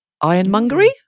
Ironmongery